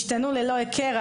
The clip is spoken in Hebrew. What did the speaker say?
השתנו ללא היכר.